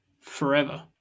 forever